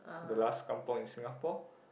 the last kampung in Singapore